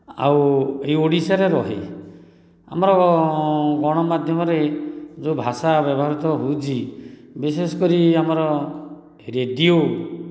ଆଉ ଏହି ଓଡ଼ିଶାରେ ରହି ଆମର ଗଣମାଧ୍ୟମରେ ଯେଉଁ ଭାଷା ବ୍ୟବହୃତ ହେଉଛି ବିଶେଷ କରି ଆମର ରେଡ଼ିଓ